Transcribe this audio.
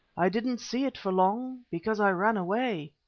i didn't see it for long because i ran away.